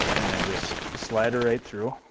and i just slide her right through.